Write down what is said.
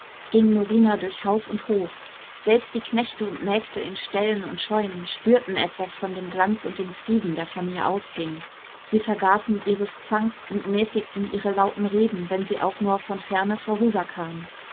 ging norina durch haus und hof selbst die knechte und mägde in ställen und scheunen spürten etwas von dem glanz und dem frieden der von ihr ausging sie vergaßen ihres zanks und mäßigten ihre lauten reden wenn sie auch nur von ferne vorüberkam